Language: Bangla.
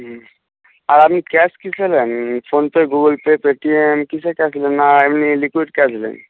আর আপনি ক্যাশ কিসে নেন ফোনপে গুগুলপে পেটিএম কিসে ক্যাশ নেন না এমনি লিকুইড ক্যাশ নেন